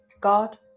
God